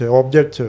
object